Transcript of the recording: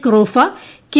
Kropha K